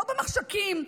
לא במחשכים,